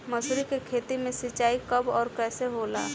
मसुरी के खेती में सिंचाई कब और कैसे होला?